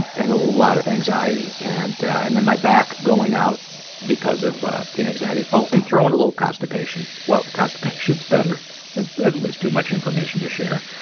and and a lot of anxiety. and and then my back going out because of ah the anxiety. oh! and throw in a little constipation. well, the constipation is better. that was too much information to share.